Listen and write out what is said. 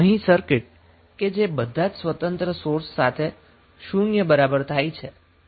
અહીં સર્કિટ કે જે બધા જ સ્વતંત્ર સોર્સ સાથે શુન્ય બરાબર થાય છે